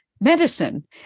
medicine